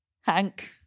Hank